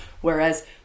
Whereas